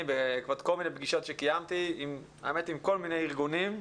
בעקבות כל מיני פגישות שקיימתי עם כל מיני ארגונים.